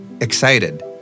Excited